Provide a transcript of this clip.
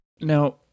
now